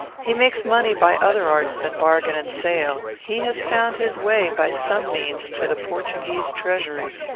he makes money by other arts than bargain and sale. he has found his way, by some means, to the portuguese treasury.